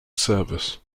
service